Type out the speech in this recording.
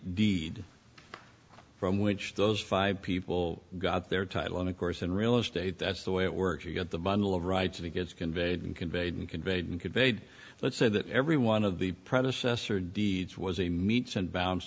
deed from which those five people got their title and of course in real estate that's the way it works you get the bundle of rights it gets conveyed conveyed and conveyed and conveyed let's say that every one of the predecessor deeds was a meets and boun